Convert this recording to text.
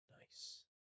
Nice